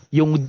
Yung